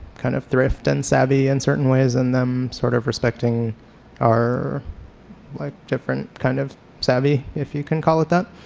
kind of thrift and savvy in certain ways and them sort of respecting our like different kind of savvy, if you can call it that.